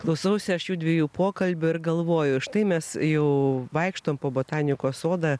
klausausi aš jųdviejų pokalbio ir galvoju štai mes jau vaikštome po botanikos sodą